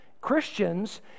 Christians